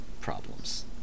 problems